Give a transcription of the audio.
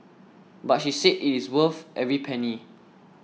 but she said it is worth every penny